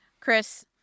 Chris